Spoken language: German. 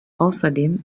außerdem